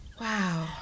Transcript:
wow